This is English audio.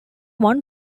one